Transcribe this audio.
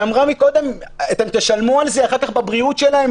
היא אמרה קודם אתם תשלמו על זה אחר כך בטיפולים שלהם,